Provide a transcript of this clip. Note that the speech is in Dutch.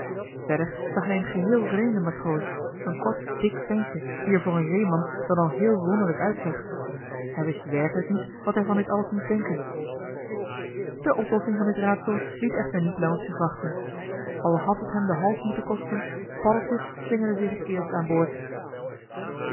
zag hij een geheel vreemden matroos een kort dik ventje die er voor een zeeman dan al heel wonderlijk uitzag hij wist werkelijk niet wat hij van dit alles moest denken de oplossing van dit raadsel liet echter niet lang op zich wachten al had het hem den hals moeten kosten paddeltje slingerde zich het eerst aan boord